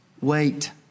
Wait